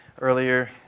earlier